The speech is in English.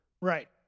Right